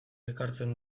ekartzen